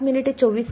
विद्यार्थीः